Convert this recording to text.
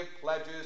pledges